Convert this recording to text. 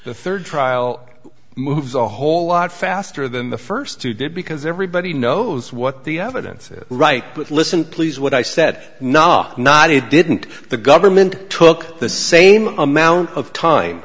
the third trial moves a whole lot faster than the first two did because everybody knows what the evidence is right but listen please what i said not not he didn't the government took the same amount of time